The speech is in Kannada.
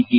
ಟಿ